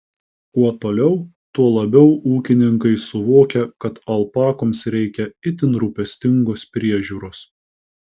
kuo toliau tuo labiau ūkininkai suvokia kad alpakoms reikia itin rūpestingos priežiūros